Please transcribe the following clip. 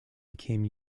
became